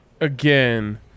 again